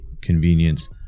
convenience